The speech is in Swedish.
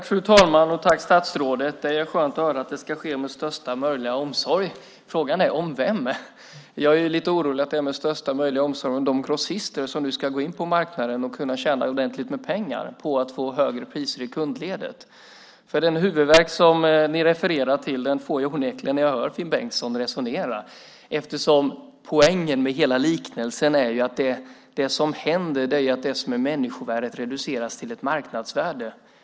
Fru talman! Tack, statsrådet! Det är skönt att höra att det ska ske med största möjliga omsorg. Frågan är: Om vem? Jag är lite orolig för att det är med största möjliga omsorg om de grossister som nu ska in på marknaden och tjäna ordentligt med pengar på att få högre priser i kundledet. Den huvudvärk ni refererar till får onekligen Finn Bengtsson att resonera. Poängen med hela liknelsen är att människovärdet reduceras till ett marknadsvärde.